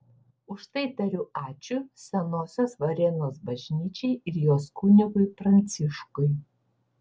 už tai tariu ačiū senosios varėnos bažnyčiai ir jos kunigui pranciškui